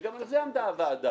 וגם על זה עמדה הוועדה.